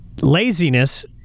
laziness